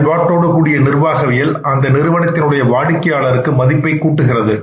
செயல்பாட்டோடுகூடிய நிர்வாகவியல் அந்த நிறுவனத்தின் உடைய வாடிக்கையாளருக்கு மதிப்பை கூட்டுகின்றது